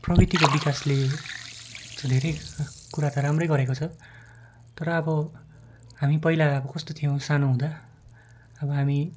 प्रविधिको विकासले त धेरै कुरा त राम्रै गरेको छ तर अब हामी पहिला अब कस्तो थियौँ सानो हुँदा अब हामी